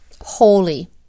holy